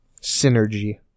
Synergy